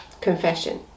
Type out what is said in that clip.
confession